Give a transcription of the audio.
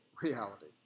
reality